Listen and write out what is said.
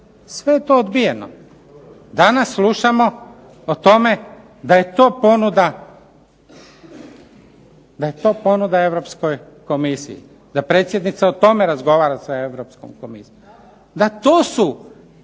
Sve je to odbijeno. Danas slušamo o tome da je to ponuda europskoj komisiji, da predsjednica o tome razgovara sa Europskom komisijom. Da, to su